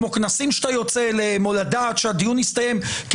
כמו כנסים שאתה יוצא אליהם או לדעת שהדיון יסתיים כי